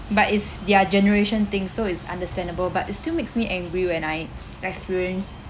but it's their generation thing so it's understandable but it still makes me angry when I experience